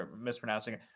mispronouncing